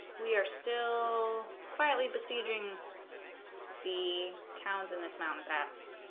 we are still quietly besieging the towns in this mountain pass